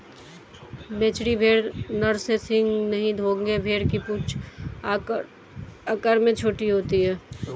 मेचेरी भेड़ नर के सींग नहीं होंगे भेड़ की पूंछ आकार में छोटी होती है